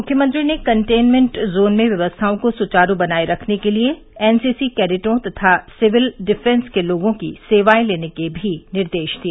मुख्यमंत्री ने containment zone में व्यवस्थाओं को सुचारू बनाए रखने के लिए एनसीसी कैडेटों तथा सिविल डिफॅस के लोगों की सेवाएं लेने के भी निर्देश दिए